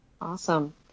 Awesome